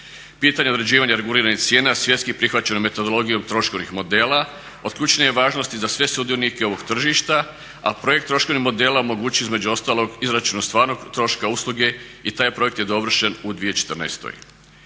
Pitanje uređivanja reguliranih cijena svjetski prihvaćenom metodologijom troškovnih modela od ključne je važnosti za sve sudionike ovog tržišta a projekt troškovnog modela omogućuje između ostalog izračune stvarnog troška usluge i taj projekt je dovršen u 2014.